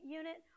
unit